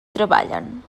treballen